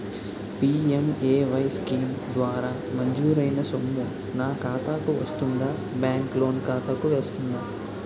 PMAY scheme ద్వారా మంజూరైన సొమ్ము నా ఖాతా కు వస్తుందాబ్యాంకు లోన్ ఖాతాకు వస్తుందా?